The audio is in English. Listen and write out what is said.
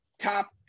top